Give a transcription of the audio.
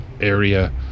area